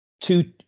two